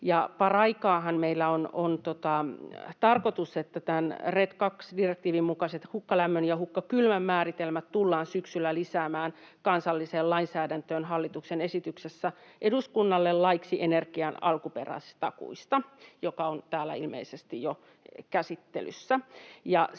Paraikaahan meillä on tarkoitus, että RED II ‑direktiivin mukaiset hukkalämmön ja hukkakylmän määritelmät tullaan syksyllä lisäämään kansalliseen lainsäädäntöön hallituksen esityksessä eduskunnalle laiksi energian alkuperätakuista, joka on täällä ilmeisesti jo käsittelyssä.